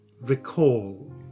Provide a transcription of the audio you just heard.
recall